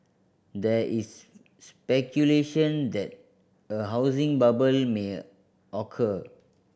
there is speculation that a housing bubble may occur